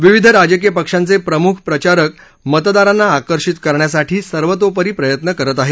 विविध राजकीय पक्षांचे प्रमुख प्रचारक मतदारांना आकर्षित करण्यासाठी सर्वतोपरी प्रयत्न करत आहेत